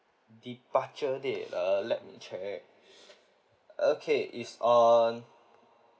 departure date ah let me check okay it's on